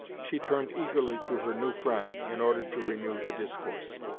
she turned eagerly to her new friend, in order to renew the discourse.